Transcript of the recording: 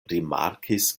rimarkis